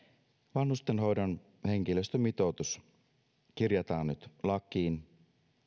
vanhustenhoidon henkilöstömitoitus kirjataan nyt lakiin